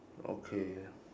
okay